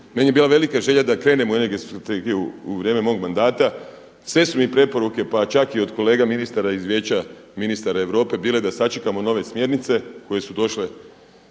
meni je bila velika želja da krenemo u Energetsku strategiju u vrijeme mog mandata. Sve su mi preporuke, pa čak i od kolega ministara iz Vijeća ministara Europe bile da sačekamo nove smjernice koje su došle